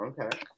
Okay